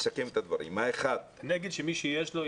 אתה נגד שמי שיש לו,